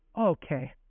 okay